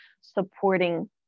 supporting